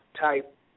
type